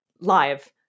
live